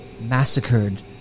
massacred